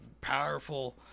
powerful